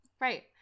Right